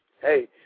hey